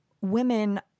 women